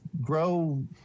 grow